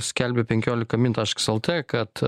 skelbia penkiolikamin tašks lt kad